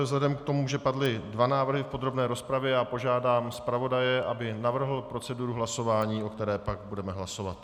Vzhledem k tomu, že padly dva návrhy v podrobné rozpravě, požádám zpravodaje, aby navrhl proceduru hlasování, o které pak budeme hlasovat.